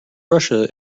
russia